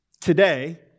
Today